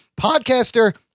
podcaster